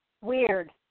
weird